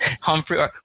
Humphrey